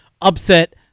upset